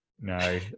No